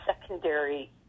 secondary